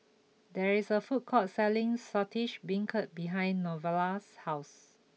there is a food court selling Saltish Beancurd behind Novella's house